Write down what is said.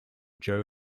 joe